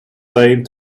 same